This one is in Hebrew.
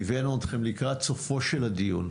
והבאנו אתכם לקראת סופו של הדיון.